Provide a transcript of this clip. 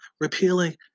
repealing